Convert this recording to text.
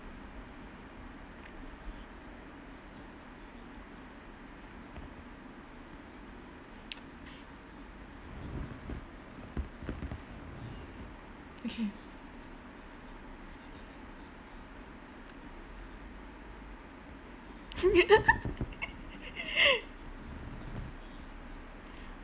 okay